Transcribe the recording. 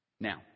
Now